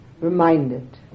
reminded